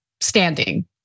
standing